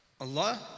Allah